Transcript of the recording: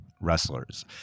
wrestlers